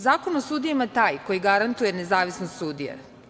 Zakon o sudijama je taj koji garantuje nezavisnost sudije.